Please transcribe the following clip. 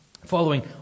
following